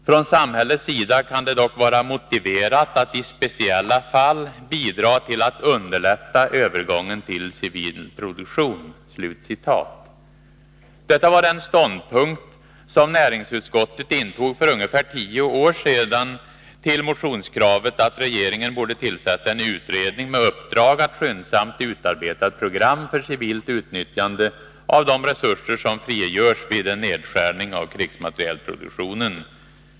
Från samhällets sida kan det dock vara motiverat att i speciella fall bidra till att underlätta övergången till civil produktion.” Detta var den ståndpunkt som näringsutskottet intog för ungefär tio år sedan till motionskravet att regeringen borde tillsätta en utredning med uppdrag att skyndsamt utarbeta ett program för civilt utnyttjande av de resurser som frigörs vid en nedskärning av krigsmaterielproduktionen.